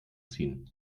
ziehen